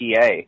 PA